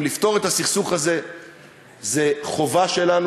לפתור את הסכסוך הזה זו חובה שלנו,